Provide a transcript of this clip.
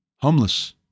homeless